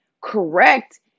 correct